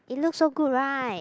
it look so good right